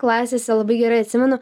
klasėse labai gerai atsimenu